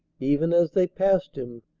even as they passed him,